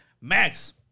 Max